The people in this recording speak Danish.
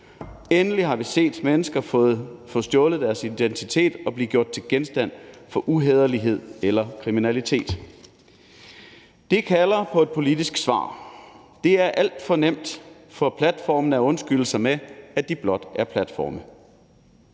Endelig har vi set mennesker få stjålet deres identitet og blive gjort til genstand for uhæderlighed eller kriminalitet. Det kalder på et politisk svar. Det er alt for nemt for platformene at undskylde sig med, at de blot er platforme.